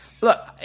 look